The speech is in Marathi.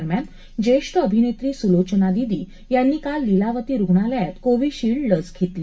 दरम्यान ज्येष्ठ अभिनेत्री सुलोचनादीदी यांनी काल लीलावती रुग्णालयात कोव्हीशिल्ड लस घेतली